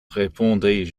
répondis